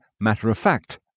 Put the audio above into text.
matter-of-fact